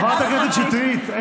חברת הכנסת שטרית,